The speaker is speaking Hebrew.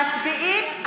מיקי,